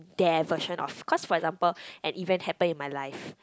their version of cause for example an event happened in my life